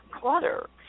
clutter